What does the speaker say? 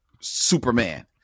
Superman